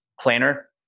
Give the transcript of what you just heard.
planner